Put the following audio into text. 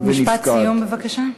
משפט סיום, בבקשה.